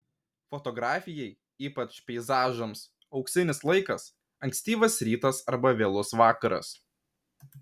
fotografijai ypač peizažams auksinis laikas ankstyvas rytas arba vėlus vakaras